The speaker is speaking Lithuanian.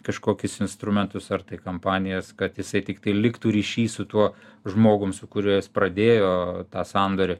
kažkokius instrumentus ar tai kampanijas kad jisai tiktai liktų ryšy su tuo žmogum su kuriuo jis pradėjo tą sandorį